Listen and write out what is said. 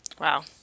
Wow